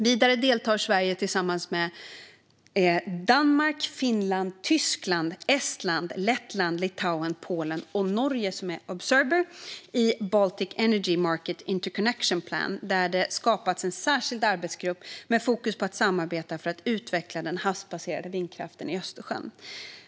Vidare deltar Sverige tillsammans med Danmark, Finland, Tyskland, Estland, Lettland, Litauen, Polen och Norge, som är observer, i Baltic Energy Market Interconnection Plan, där det skapats en särskild arbetsgrupp med fokus på att samarbeta för att utveckla den havsbaserade vindkraften i Östersjön.